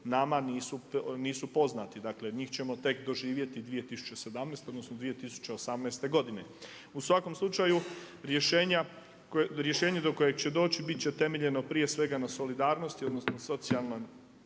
nama nisu poznati. Dakle njih ćemo tek doživjeti 2017., odnosno 2018. godine. U svakom slučaju rješenje do kojeg će doći biti će temeljeno prije svega na solidarnosti, odnosno socijalnoj